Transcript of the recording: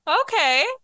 Okay